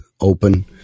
open